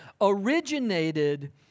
originated